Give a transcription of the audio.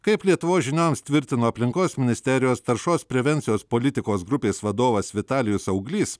kaip lietuvos žinioms tvirtino aplinkos ministerijos taršos prevencijos politikos grupės vadovas vitalijus auglys